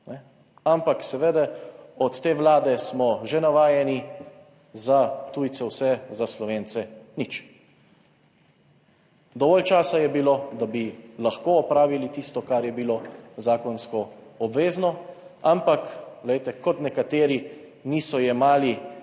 Ampak, seveda, od te Vlade smo že navajeni, za tujce vse, za Slovence nič. Dovolj časa je bilo, da bi lahko opravili tisto, kar je bilo zakonsko obvezno. Ampak, glejte, kot nekateri niso jemali